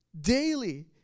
daily